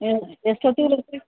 ಹೇಳಿರಿ ಎಷ್ಟೋತಿಗೆ ಇರ್ತ್ರಿ